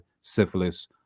Syphilis